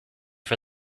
for